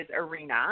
arena